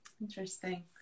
Interesting